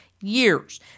years